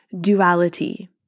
duality